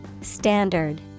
Standard